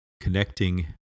connecting